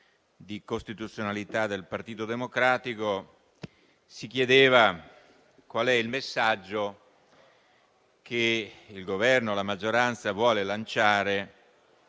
di costituzionalità del Gruppo Partito Democratico, si chiedeva qual è il messaggio che il Governo e la maggioranza vogliono lanciare